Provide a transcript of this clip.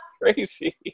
crazy